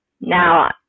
Now